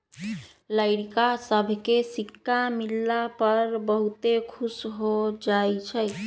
लइरका सभके सिक्का मिलला पर बहुते खुश हो जाइ छइ